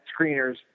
screeners